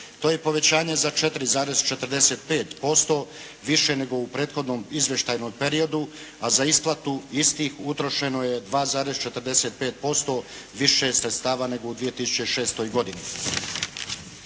To je povećanje za 4,45% više nego u prethodnom izvještajnom periodu, a za isplatu istih utrošeno je 2,45% više sredstava nego u 2006. godini.